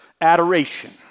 Adoration